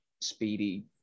speedy